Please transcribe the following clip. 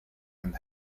and